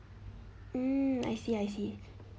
mm I see I see